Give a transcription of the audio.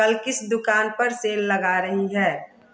कल किस दुकान पर सेल लगा रही है